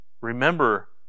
remember